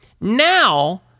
Now